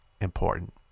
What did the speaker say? important